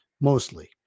mostly